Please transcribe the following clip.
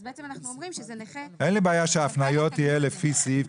אנחנו בעצם אומרים שזה נכה --- אין לי בעיה שההפניות יהיו לפי סעיף,